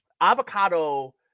avocado